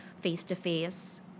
face-to-face